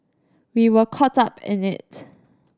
we were caught up in it